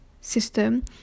system